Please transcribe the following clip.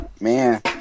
Man